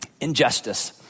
injustice